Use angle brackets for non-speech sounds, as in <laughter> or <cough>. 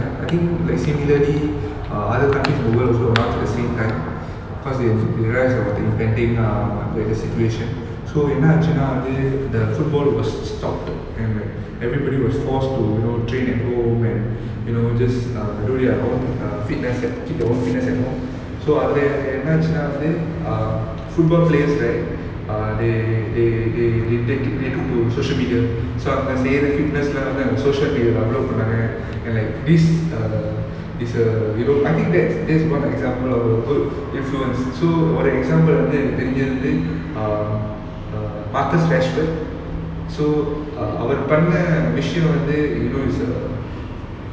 mm that's that's true that's very true so now that you know the we talking about lockdown right something that was stopped during the lockdown right is actually football you know football fans around the world right that means the lockdown err ஆனாவந்து:aana vanthu err so in the m~ in the middle of the season is around like march period வந்து:vanthu lockdown அவங்கவந்து:avanga vanthu I think like similarly err other countries in the world also announced at the same time cause they realise about the impending ah like the situation so என்னாச்சுன்னா வந்து அந்த:ennachunna vanthu antha the football was stopped and like everybody was forced to you know train at home and you know just err do their own err fitness at keep your own fitness at home so அதுல என்னாச்சுன்னா வந்து:adhula ennachunna vanthu um football players right err they they they they they t~ they took to social media so fitness <laughs> social media upload பண்ணாங்க and like this err is err you know I think that's that's one like example of a good influence so அவரு:avaru example எனக்கு தெரிஞ்சது வந்து:enaku therinjathu vanthu um err marcus rashford so err அவர் பண்ண விஷயம் வந்து:avar panna vishayam vanthu you know he's err